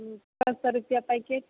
हँ चारि सए रुपैआ पैकेट